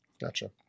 Gotcha